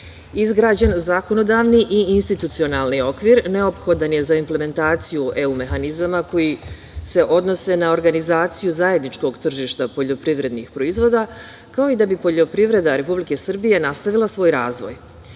EU.Izgrađen zakonodavni i institucionalni okvir neophodan je za implementaciju EU mehanizama koji se odnose na organizaciju zajedničkog tržišta poljoprivrednih proizvoda, kao i da bi poljoprivreda Republike Srbije nastavila svoj razvoj. Predlog